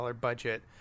budget